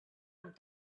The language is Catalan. amb